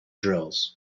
drills